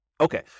Okay